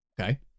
Okay